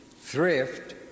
thrift